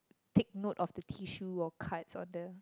take note of the tissue or cards on the